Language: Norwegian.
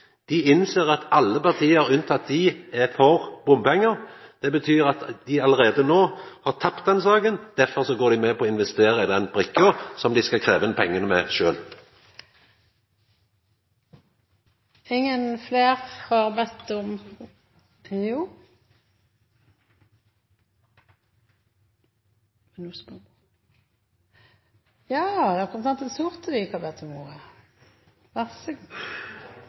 dei innser at alle parti unntatt dei er for bompengar. Det betyr at dei allereie no har tapt saka, derfor går dei med på å investera i brikka som dei skal krevja inn pengane med sjølve. Jeg har